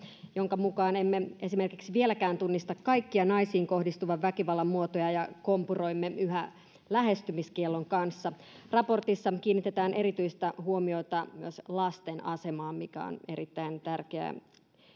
jonka mukaan emme esimerkiksi vieläkään tunnista kaikkia naisiin kohdistuvan väkivallan muotoja ja kompuroimme yhä lähestymiskiellon kanssa raportissa kiinnitetään erityistä huomiota myös lasten asemaan mikä on erittäin tärkeä